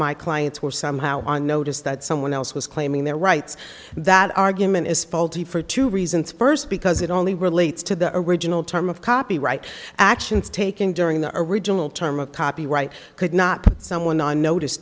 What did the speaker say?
my clients were somehow on notice that someone else was claiming their rights that argument is faulty for two reasons first because it only relates to the original term of copyright actions taken during the original time a copyright could not put someone on notice